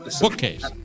Bookcase